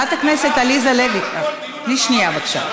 חברת הכנסת עליזה לביא, תני שנייה, בבקשה.